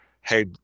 Hey